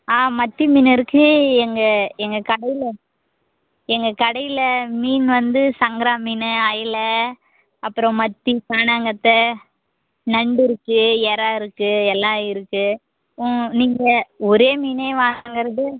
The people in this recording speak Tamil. ஆ மத்தி மீன் இருக்கு எங்கள் எங்கள் கடையில் எங்கள் கடையில் மீன் வந்து சங்கரா மீன் ஐல அப்புறம் மத்தி கானாங்கத்தை நண்டு இருக்கு இறா இருக்கு எல்லாம் இருக்கு நீங்கள் ஒரே மீனே வாங்கறது